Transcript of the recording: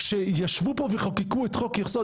כשישבו פה וחוקקו את חוק יסוד,